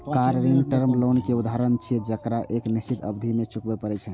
car ऋण term loan के उदाहरण छियै, जेकरा एक निश्चित अवधि मे चुकबै पड़ै छै